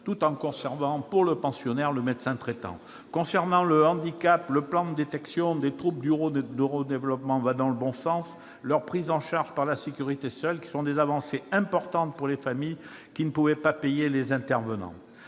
d'un médecin traitant pour le pensionnaire. Concernant le handicap, le plan de détection des troubles du neuro-développement va dans le bon sens et leur prise en charge par la sécurité sociale est une avancée importante pour les familles qui ne peuvent pas payer les intervenants.